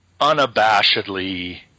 unabashedly